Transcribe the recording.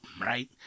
right